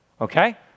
Okay